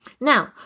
Now